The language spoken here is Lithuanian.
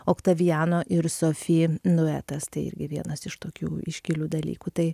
oktaviano ir sofi nuetas tai irgi vienas iš tokių iškilių dalykų tai